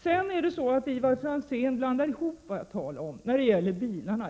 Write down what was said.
Ivar Franzén blandade sedan ihop det jag sade beträffande bilarna.